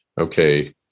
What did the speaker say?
okay